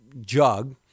jug